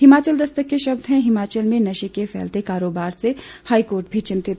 हिमाचल दस्तक के शब्द हैं हिमाचल में नशे के फैलते कारोबार से हाईकोर्ट भी चिंतित